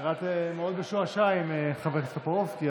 נראית מאוד משועשע עם חבר הכנסת טופורובסקי,